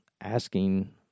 asking